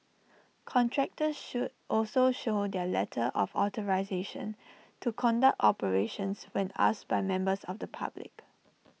contractors show also show their letter of authorisation to conduct operations when asked by members of the public